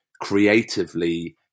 creatively